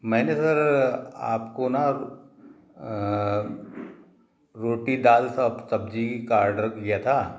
मैंने सर आपको न रोटी दाल सब्जी का आर्डर किया था